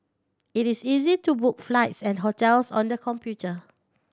it is easy to book flights and hotels on the computer